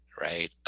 right